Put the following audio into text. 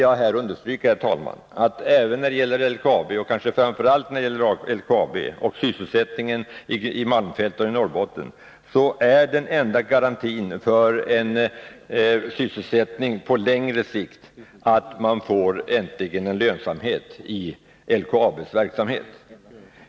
När det gäller sysselsättningen i malmfälten och Norrbotten över huvud taget, och kanske framför allt när det gäller LKAB, är den enda garantin för sysselsättning på längre sikt att man äntligen uppnår lönsamhet beträffande LKAB:s verksamhet.